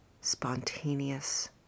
spontaneous